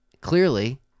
clearly